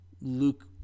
Luke